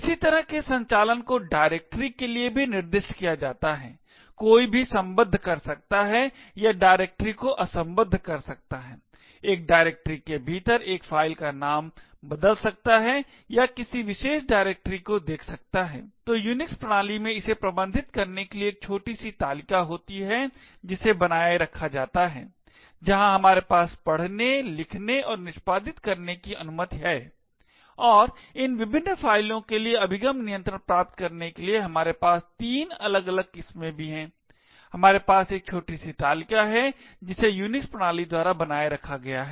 इसी तरह के संचालन को डायरेक्टरी के लिए भी निर्दिष्ट किया जाता है कोई भी सम्बद्ध कर सकता है या डायरेक्टरी को असम्बद्ध कर सकता है एक डायरेक्टरी के भीतर एक फ़ाइल का नाम बदल सकता है या किसी विशेष डायरेक्टरी को देख सकता है तो यूनिक्स प्रणाली में इसे प्रबंधित करने के लिए एक छोटी सी तालिका होती है जिसे बनाए रखा जाता है जहां हमारे पास पढ़ने लिखने और निष्पादित करने की अनुमति है और इन विभिन्न फ़ाइलों के लिए अभिगम नियंत्रण प्राप्त करने के लिए हमारे पास तीन अलग अलग किस्में भी हैं हमारे पास एक छोटी सी तालिका है जिसे यूनिक्स प्रणाली द्वारा बनाए रखा गया है